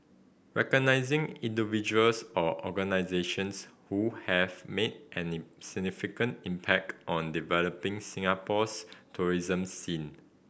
recognizing individuals or organisations who have made any significant impact on developing Singapore's tourism scene